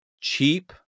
cheap